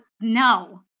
no